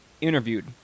interviewed